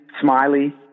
smiley